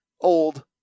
old